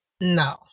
No